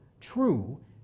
true